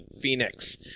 Phoenix